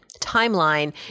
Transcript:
timeline